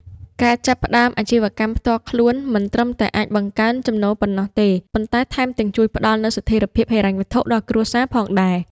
ការចាប់ផ្តើមអាជីវកម្មផ្ទាល់ខ្លួនមិនត្រឹមតែអាចបង្កើនចំណូលប៉ុណ្ណោះទេ ប៉ុន្តែថែមទាំងជួយផ្តល់នូវ ស្ថិរភាពហិរញ្ញវត្ថុ ដល់គ្រួសារផងដែរ។